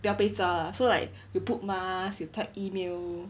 不要被抓 lah so like you put mask you type email